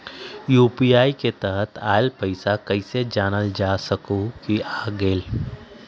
UPI के तहत आइल पैसा कईसे जानल जा सकहु की आ गेल?